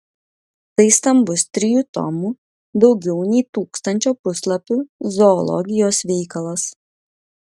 tai stambus trijų tomų daugiau nei tūkstančio puslapių zoologijos veikalas